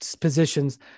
positions